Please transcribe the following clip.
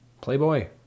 playboy